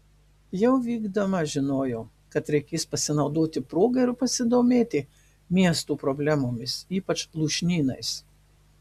jau vykdama žinojau kad reikės pasinaudoti proga ir pasidomėti miesto problemomis ypač lūšnynais